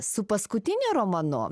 su paskutiniu romanu